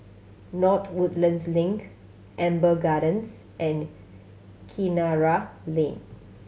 North Woodlands Link Amber Gardens and Kinara Lane